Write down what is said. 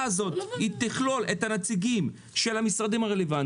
זה לא התפקיד של הבנק הרגיל.